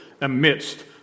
amidst